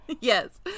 Yes